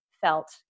felt